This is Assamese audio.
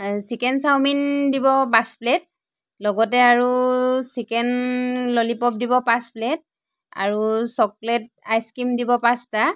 চিকেন চাউমিন দিব পাঁচ প্লেট লগতে আৰু চিকেন ললিপপ দিব পাঁচ প্লেট আৰু চকলেট আইচক্ৰীম দিব পাঁচটা